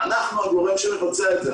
אנחנו הגורם שמבצע את זה.